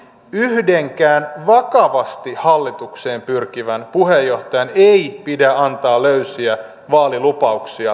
yhdenkään vakavasti hallitukseen pyrkivän puheenjohtajan ei pidä antaa löysiä vaalilupauksia